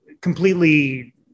completely